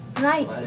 Right